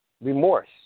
remorse